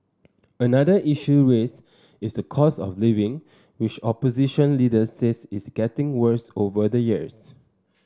another issue raised is the cost of living which opposition leaders says is getting worse over the years